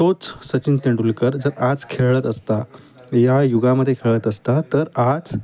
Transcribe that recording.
तोच सचिन तेंडुलकर जर आज खेळत असता या युगामदे खेळत असता तर आज